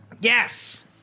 Yes